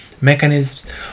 mechanisms